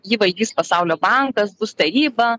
jį valdys pasaulio bankas bus taryba